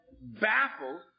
baffled